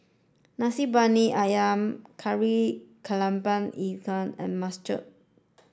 Nasi Briyani Ayam Kari Kepala Ikan and Masala Thosai